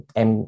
em